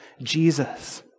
Jesus